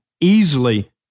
easily